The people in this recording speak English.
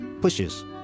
pushes